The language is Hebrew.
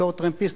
בתור טרמפיסט,